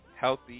healthy